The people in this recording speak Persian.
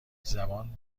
زبان